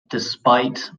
despite